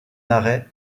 arrêt